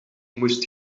moest